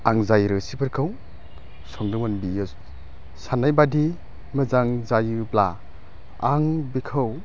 आं जाय रोसिफोरखौ सानदोंमोन बियो साननाय बायदि मोजां जायोब्ला आं बिखौ